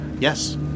Yes